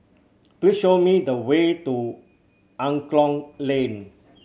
please show me the way to Angklong Lane